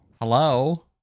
Hello